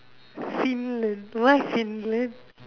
Finland why Finland